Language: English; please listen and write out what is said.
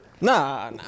Nah